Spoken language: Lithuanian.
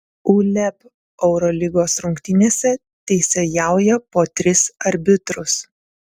uleb eurolygos rungtynėse teisėjauja po tris arbitrus